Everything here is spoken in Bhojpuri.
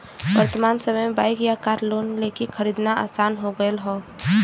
वर्तमान समय में बाइक या कार लोन लेके खरीदना आसान हो गयल हौ